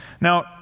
Now